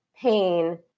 pain